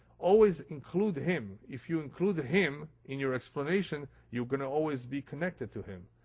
always include him. if you include him in your explanation you're going to always be connected to him.